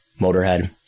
Motorhead